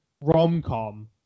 rom-com